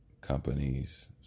companies